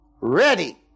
Ready